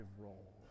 role